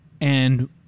and-